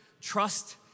Trust